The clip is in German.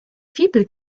fibel